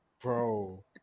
Bro